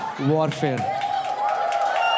warfare